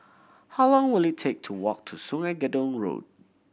how long will it take to walk to Sungei Gedong Road